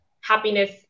happiness